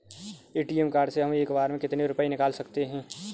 ATM card से हम एक बार में कितने रुपये निकाल सकते हैं?